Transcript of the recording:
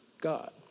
God